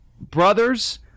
brothers